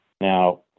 Now